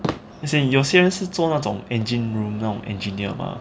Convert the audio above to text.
as in 有些人是做那种 engine room 那种 engineer mah